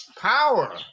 power